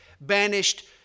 banished